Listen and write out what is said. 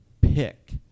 pick